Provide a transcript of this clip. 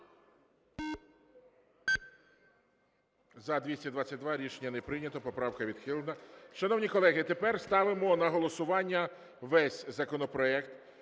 За-222 Рішення не прийнято. Поправка відхилена. Шановні колеги, тепер ставимо на голосування весь законопроект.